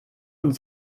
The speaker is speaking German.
und